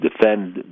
defend